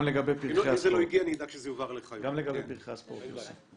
גם לגבי "פרחי הספורט".